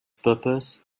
purpose